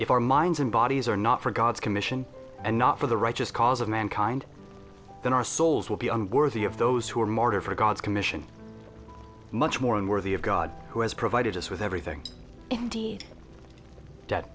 if our minds and bodies are not for god's commission and not for the righteous cause of mankind then our souls will be unworthy of those who are martyr for god's commission much more unworthy of god who has provided us with everything indeed de